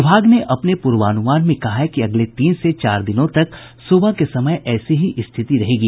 विभाग ने अपने पूर्वान्मान में कहा है कि अगले तीन से चार दिनों तक सुबह के समय ऐसी ही स्थिति रहेगी